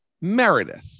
Meredith